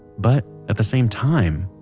but at the same time,